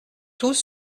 tous